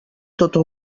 tota